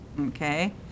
Okay